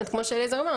באמת כמו שאליעזר אמר,